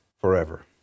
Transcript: forever